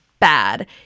Bad